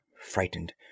frightened